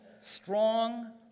strong